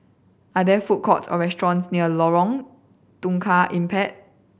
are there food courts or restaurants near Lorong Tukang Empat